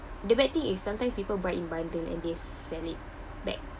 the bad thing is sometime people buy in bundle and they sell it back